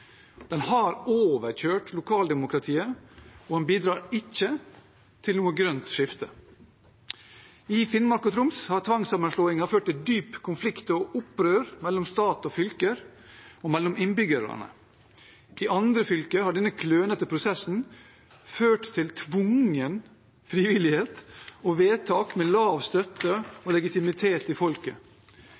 Den har overkjørt lokaldemokratiet og bidrar ikke til et grønt skifte. I Finnmark og Troms har tvangssammenslåingen ført til en dyp konflikt og et opprør mellom stat og fylker og mellom innbyggerne. I andre fylker har denne klønete prosessen ført til tvungen frivillighet og vedtak med lav støtte og legitimitet i folket.